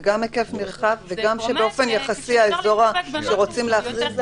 זה גם היקף נרחב וגם שבאופן יחסי האזור שרוצים להכריז עליו,